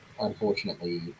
unfortunately